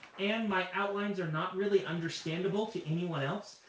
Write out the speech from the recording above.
and my outlines are not really understandable to anyone else.